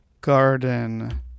Garden